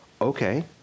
Okay